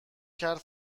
کرد